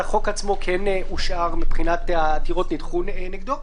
החוק עצמו כן אושר, העתירות נגדו נדחו.